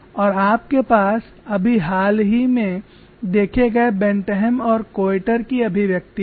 और आपके पास अभी हाल ही में देखे गए बेंटहेम और कोइटर की अभिव्यक्ति है